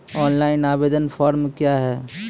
Online आवेदन form क्या हैं?